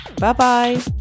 Bye-bye